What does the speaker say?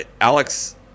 Alex